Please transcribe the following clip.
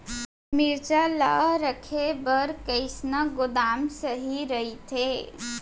मिरचा ला रखे बर कईसना गोदाम सही रइथे?